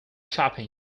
shopping